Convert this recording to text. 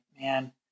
man